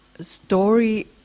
story